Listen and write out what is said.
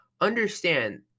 understand